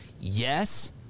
yes